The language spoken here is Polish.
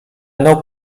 mną